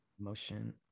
Motion